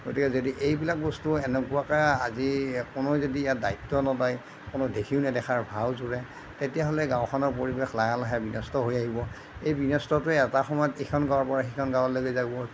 গতিকে যদি এইবিলাক বস্তু এনেকুৱাকে আজি কোনোৱে যদি ইয়াৰ দ্বায়িত্ব নলয় কোনো দেখিও নেদেখাৰ ভাও জোৰে তেতিয়া হ'লে গাঁওখনৰ পৰিৱেশ লাহে লাহে বিনষ্ট হৈ আহিব এই বিনষ্টটোৱে এটা সময়ত এইখন গাঁৱৰ পৰা সিখন গাঁৱলেকে যাব